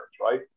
right